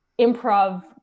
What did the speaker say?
improv